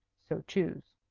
so choose.